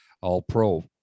All-Pro